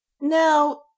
Now